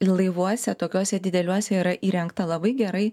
ir laivuose tokiuose dideliuose yra įrengta labai gerai